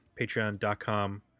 patreon.com